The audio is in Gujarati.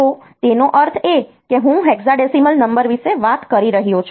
તો તેનો અર્થ એ કે હું હેક્સાડેસિમલ નંબર વિશે વાત કરી રહ્યો છું